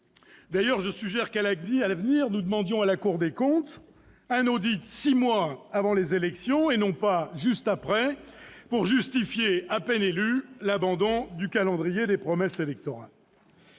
D'ailleurs, je suggère qu'à l'avenir nous demandions à la Cour des comptes un audit six mois avant les élections, et non pas juste après pour justifier, à peine élu, l'abandon du calendrier des promesses électorales.